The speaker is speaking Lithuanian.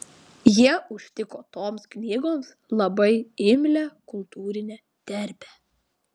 jie užtiko toms knygoms labai imlią kultūrinę terpę